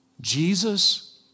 Jesus